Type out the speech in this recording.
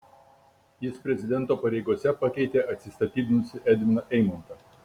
jis prezidento pareigose pakeitė atsistatydinusį edviną eimontą